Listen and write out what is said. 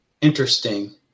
interesting